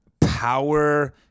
power